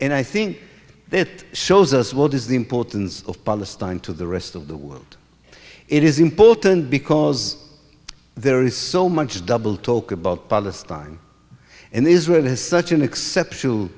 and i think it shows us what is the importance of palestine to the rest of the world it is important because there is so much double talk about palestine and israel has such an exception